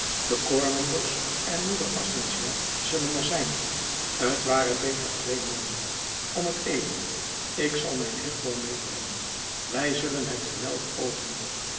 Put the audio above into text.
de koormoeders en moeder ascension zullen er zijn t ware beter twee mannen om t even ik zal mijn hefboom meebrengen wij zullen het gewelf openen